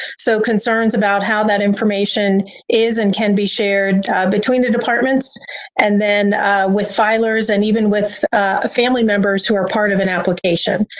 so, concerns about how that information is and can be shared between the departments and then with filers and even with ah family members who are part of an application.